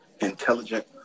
intelligent